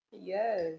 Yes